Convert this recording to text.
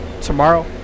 Tomorrow